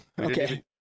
Okay